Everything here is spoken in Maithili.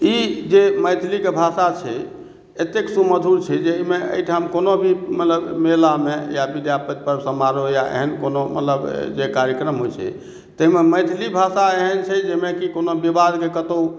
ई जे मैथिलीके भाषा छै एतेक सुमधुर छै जे एहिमे अहिठाम कोनो भी मतलब मेलामे या विद्यापति पर्व समारोह या एहन कोनो मतलब मने कर्यक्रम होइ छै ताहिमे मैथिली भाषा एहन छै जाहिमे की कोनो विवाद नहि कतौ